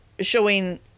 showing